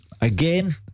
again